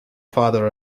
father